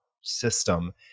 system